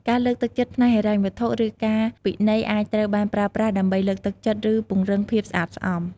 ការលើកទឹកចិត្តផ្នែកហិរញ្ញវត្ថុ ឬការពិន័យអាចត្រូវបានប្រើប្រាស់ដើម្បីលើកទឹកចិត្ត ឬពង្រឹងភាពស្អាតស្អំ។